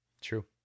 True